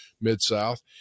mid-south